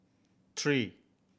three